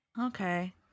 okay